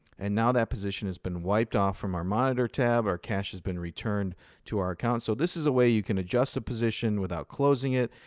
and now that position has been wiped off from our monitor tab, our cash has been returned to our account. so this is a way you can adjust the position without closing it.